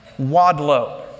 Wadlow